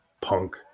Punk